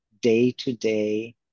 day-to-day